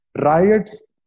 riots